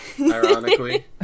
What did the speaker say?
Ironically